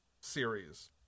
series